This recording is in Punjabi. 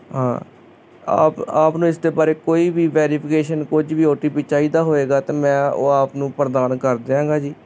ਹਾਂ ਆਪ ਆਪ ਨੂੰ ਇਸ ਦੇ ਬਾਰੇ ਕੋਈ ਵੀ ਵੈਰੀਫਿਕੇਸ਼ਨ ਕੁਝ ਵੀ ਓ ਟੀ ਪੀ ਚਾਹੀਦਾ ਹੋਵੇਗਾ ਅਤੇ ਮੈਂ ਉਹ ਆਪ ਨੂੰ ਪ੍ਰਦਾਨ ਕਰ ਦਿਆਂਗਾ ਜੀ